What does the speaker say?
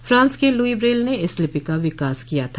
France के Louis Braille ने इस लिपि का विकास किया था